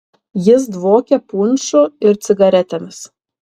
jis dvokė punšu ir cigaretėmis